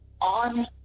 on